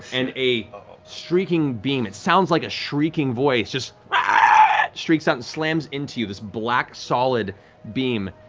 and a streaking beam, it sounds like a shrieking voice, just streaks out and slams into you, this black, solid beam.